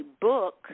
book